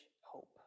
hope